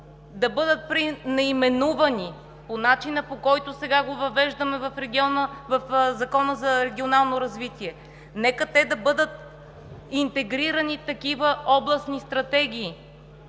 да бъдат наименувани по начина, по който сега го въвеждаме в Закона за регионалното развитие, но нека да бъдат интегрирани такива областни стратегии,